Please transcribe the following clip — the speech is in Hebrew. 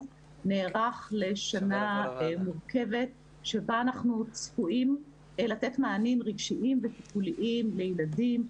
נערך לשנה מורכבת בה אנחנו צפויים לתת מענים רגשיים וטיפוליים לילדים,